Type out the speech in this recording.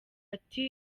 ati